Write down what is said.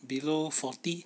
below forty